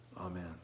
amen